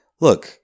Look